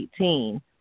2018